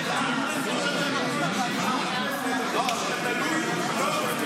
עם הפיגורה --- זה תלוי --- אתה,